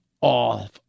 off